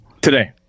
Today